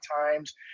times